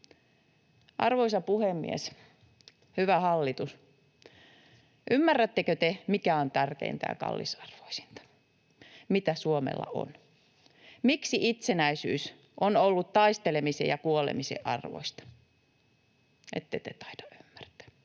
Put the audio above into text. Arvoisa puhemies! Hyvä hallitus, ymmärrättekö te, mikä on tärkeintä ja kallisarvoisinta, mitä Suomella on? Miksi itsenäisyys on ollut taistelemisen ja kuolemisen arvoista? Ette te taida ymmärtää.